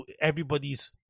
everybody's